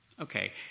Okay